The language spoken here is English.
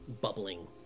bubbling